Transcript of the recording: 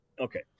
okay